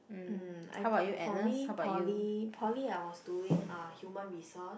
um I think for me poly poly I was doing uh Human Resource